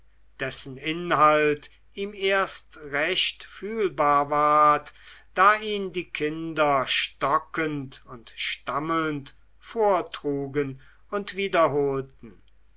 dessen inhalt ihm erst recht fühlbar ward da ihn die kinder stockend und stammelnd vortrugen und wiederholten